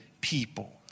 people